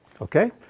okay